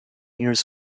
years